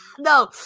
No